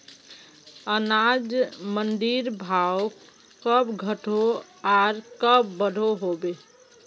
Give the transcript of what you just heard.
अनाज मंडीर भाव कब घटोहो आर कब बढ़ो होबे?